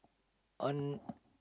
on